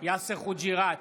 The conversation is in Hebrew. יאסר חוג'יראת,